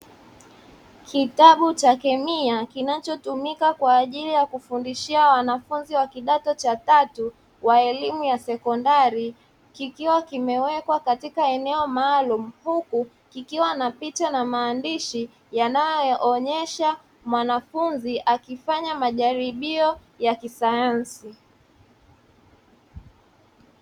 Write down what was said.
Kitabu cha kemia kinachotumika kwa ajili ya kufundishia wanafunzi wa kidato cha tatu wa elimu ya sekondari kikiwa kimewekwa katika eneo maalumu, huku kikiwa na picha na maandishi yanayoonyesha mwanafunzi akifanya majaribio ya kisayansi.